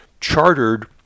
chartered